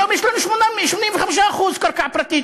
היום יש לנו 85% קרקע פרטית.